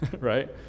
right